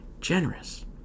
generous